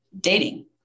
dating